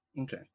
okay